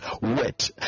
wet